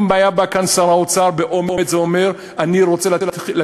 אם היה בא לכאן שר האוצר באומץ ואומר: אני רוצה לתת